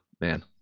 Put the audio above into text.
man